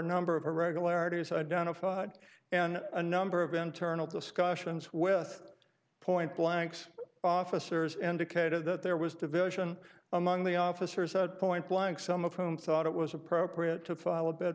number of irregularities identified and a number of internal discussions with point blanks officers indicated that there was division among the officers said point blank some of whom thought it was appropriate to